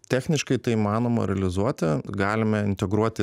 techniškai tai įmanoma realizuoti galime integruoti